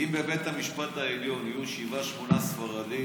כי אם בבית המשפט העליון יהיו שבעה, שמונה ספרדים